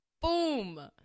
Boom